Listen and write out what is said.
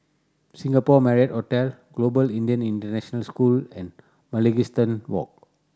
Singapore Marriott Hotel Global Indian International School and Mugliston Walk